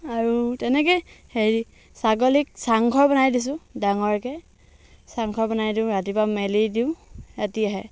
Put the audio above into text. আৰু তেনেকৈ হেৰি ছাগলীক চাংঘৰ বনাই দিছোঁ ডাঙৰকৈ চাংঘৰ বনাই দিওঁ ৰাতিপুৱা মেলি দিওঁ ৰাতি আহে